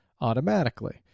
automatically